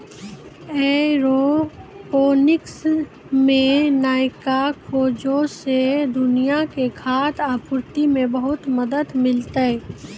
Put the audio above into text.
aeroponics मे नयका खोजो से दुनिया के खाद्य आपूर्ति मे बहुते मदत मिलतै